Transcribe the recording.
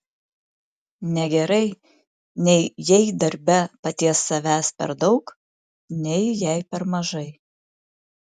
negerai nei jei darbe paties savęs per daug nei jei per mažai